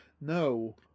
no